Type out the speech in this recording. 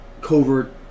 covert